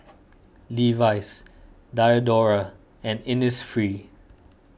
Levi's Diadora and Innisfree